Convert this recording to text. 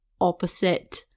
opposite